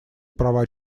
права